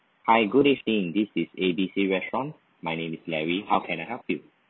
hi good evening this is A B C restaurant my name is larry how can I help you